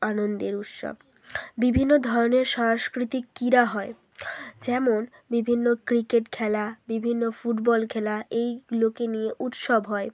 আনন্দের উৎসব বিভিন্ন ধরনের সাংস্কৃতিক ক্রীড়া হয় যেমন বিভিন্ন ক্রিকেট খেলা বিভিন্ন ফুটবল খেলা এইগুলোকে নিয়ে উৎসব হয়